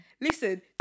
Listen